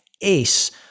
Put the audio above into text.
ace